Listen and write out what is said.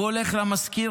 הוא הולך למשכיר,